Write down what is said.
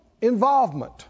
involvement